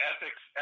Ethics